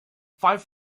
five